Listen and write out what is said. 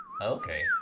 Okay